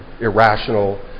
irrational